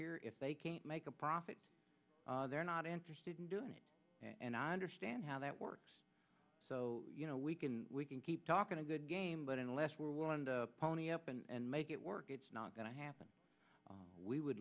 here if they can't make a profit they're not interested in doing it and i understand how that works so you know we can we can keep talking to a good game but unless we're willing to pony up and make it work it's not going to happen we would